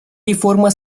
реформа